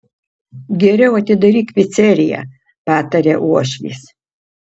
geriau atidaryk piceriją pataria uošvis